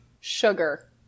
sugar